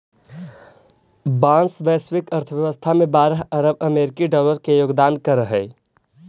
बाँस वैश्विक अर्थव्यवस्था में बारह अरब अमेरिकी डॉलर के योगदान करऽ हइ